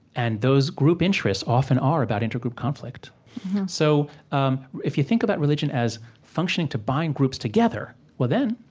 and those group interests often are about intergroup conflict so um if you think about religion as functioning to bind groups together, well then,